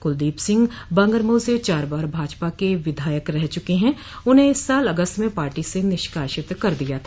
कुलदीप सिंह बांगरमऊ से चार बार भाजपा के विधायक रह चुके हैं उन्हें इस साल अगस्त में पार्टी ने निष्कासित कर दिया था